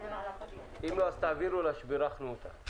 אם לא תעבירו לה שבירכנו אותה.